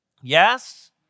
Yes